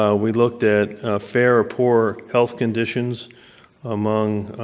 ah we looked at fair or poor health conditions among